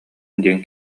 диэн